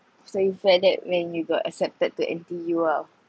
so you felt that when you got accepted into N_T_U ah